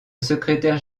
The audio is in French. secrétariat